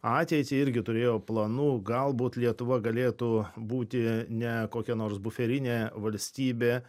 ateitį irgi turėjo planų galbūt lietuva galėtų būti ne kokia nors buferinė valstybė